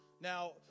Now